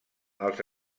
els